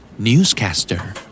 Newscaster